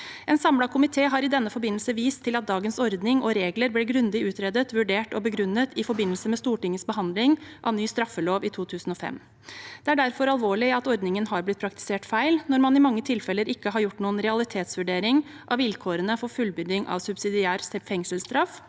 En samlet komité har i denne forbindelse vist til at dagens ordning og regler ble grundig utredet, vurdert og begrunnet i forbindelse med Stortingets behandling av ny straffelov i 2005. Det er derfor alvorlig at ordningen er blitt praktisert feil, når man i mange tilfeller ikke har gjort noen realitetsvurdering av vilkårene for fullbyrding av subsidiær fengselsstraff,